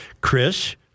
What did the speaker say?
Chris